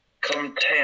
content